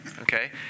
Okay